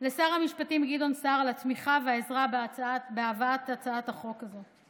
לשר המשפטים גדעון סער על התמיכה והעזרה בהבאת הצעת החוק הזאת.